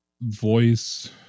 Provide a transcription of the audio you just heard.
voice